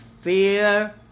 fear